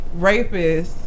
rapists